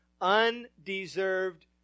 undeserved